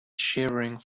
shivering